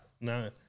No